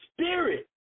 spirit